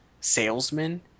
salesman